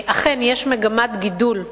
ואומר שאכן יש מגמת גידול,